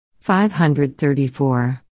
534